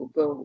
go